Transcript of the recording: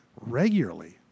regularly